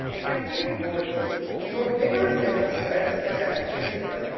my dear gordon your vigorous and expensive message is here.